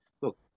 Look